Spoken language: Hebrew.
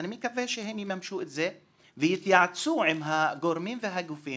מקווה שהם יממשו את זה ויתייעצו עם הגורמים והגופים